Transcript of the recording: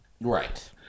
Right